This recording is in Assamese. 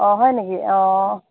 অ হয় নেকি অ